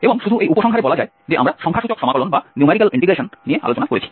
এবং শুধু এই উপসংহারে বলা যায় যে আমরা সংখ্যাসূচক সমাকলন নিয়ে আলোচনা করেছি